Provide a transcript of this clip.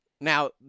Now